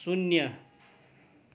शून्य